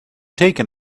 taken